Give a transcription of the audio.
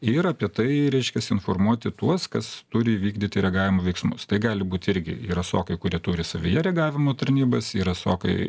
ir apie tai reiškias informuoti tuos kas turi vykdyti reagavimo veiksmus tai gali būti irgi yra sokai kurie turi savyje reagavimo tarnybas yra sokai